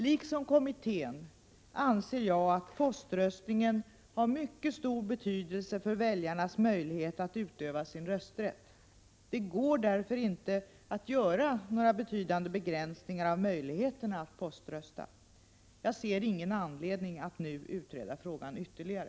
Liksom kommittén anser jag att poströstningen har mycket stor betydelse för väljarnas möjlighet att utöva sin rösträtt. Det går därför inte att göra några betydande begränsningar av möjligheterna att poströsta. Jag ser ingen anledning att nu utreda frågan ytterligare.